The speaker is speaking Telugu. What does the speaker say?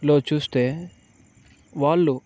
లో చూస్తే వాళ్ళు